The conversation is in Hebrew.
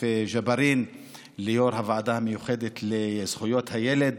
ג'בארין ליו"ר הוועדה המיוחדת לזכויות הילד,